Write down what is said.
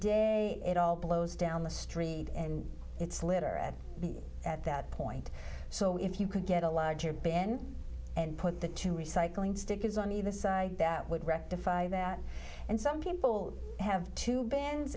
day it all blows down the street and it's litter and at that point so if you can get a larger bin and put the two recycling stickers on either side that would rectify that and some people have two bands